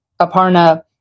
Aparna